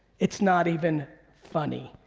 it's not even funny.